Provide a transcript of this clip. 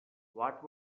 what